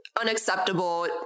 unacceptable